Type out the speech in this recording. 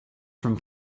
from